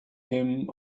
him